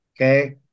Okay